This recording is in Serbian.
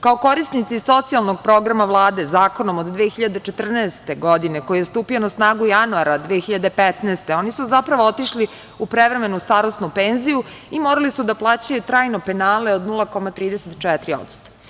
Kao korisnici socijalnog programa Vlade zakonom od 2014. godine, koji je stupio na snagu januara 2015. godine, oni su zapravo otišli u prevremenu starosnu penziju i morali su da plaćaju trajno penale od 0,34%